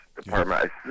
department